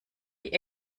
die